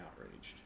outraged